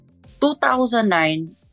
2009